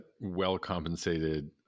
well-compensated